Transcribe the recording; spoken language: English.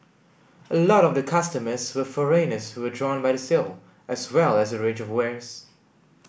a lot of the customers were foreigners who were drawn by the sale as well as the range of wares